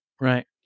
right